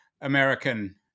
American